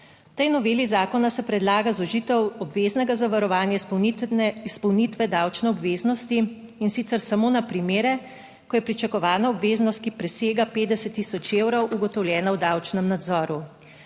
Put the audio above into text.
V tej noveli zakona se predlaga zožitev obveznega zavarovanja izpolnitve davčne obveznosti, in sicer samo na primere, ko je pričakovana obveznost, ki presega 50 tisoč evrov, ugotovljena v davčnem nadzoru.